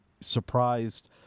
surprised